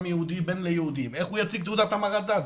יהודי בין ליהודיים איך הוא יציג תעודת המרת דת?